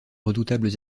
redoutables